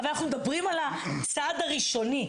אבל זה הצעד הראשוני.